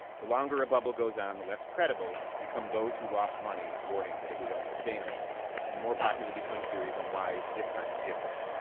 the longer a bubble goes on, the less credible become those who lost money warning that it was unsustainable and the more popular become theories on why this time is different.